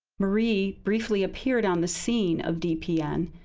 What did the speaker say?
marie briefly appeared on the scene of dpn,